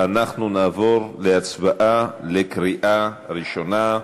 אנחנו נעבור להצבעה בקריאה שנייה.